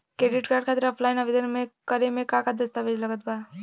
Credit card खातिर offline आवेदन करे म का का दस्तवेज लागत बा?